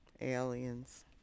Aliens